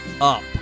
up